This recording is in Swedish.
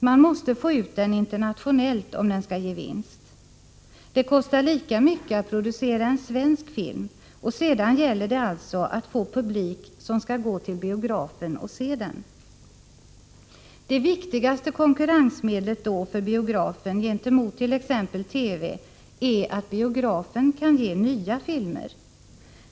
Man måste få ut den internationellt om den skall ge vinst. Det kostar 25 oktober 1984 lika mycket att producera en svensk film, och sedan gäller det alltså att få publik som skall gå till biografen och se den. Allmänpolitisk de Det viktigaste konkurrensmedlet då för biografen gentemot t.ex. TV är att batt man på biografen kan ge nya filmer.